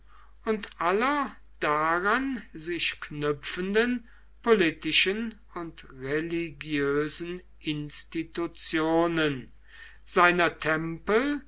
und aller daran sich knüpfenden politischen und religiösen institutionen seiner tempel